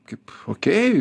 kaip okei